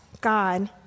God